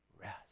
rest